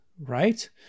right